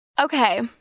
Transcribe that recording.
okay